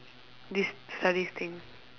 this studies thing